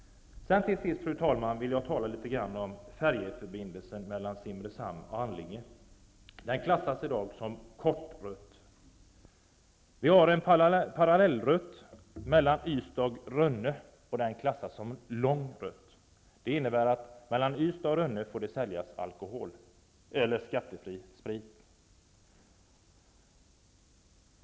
Till sist, fru talman, vill jag tala litet om färjeförbindelsen Simrishamn--Allinge. Den klassas i dag som kort rutt. Det finns en parallell rutt mellan Ystad och Rönne, och den klassas som lång rutt. Det innebär att det där får säljas skattefri sprit.